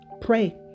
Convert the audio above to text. Pray